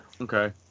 Okay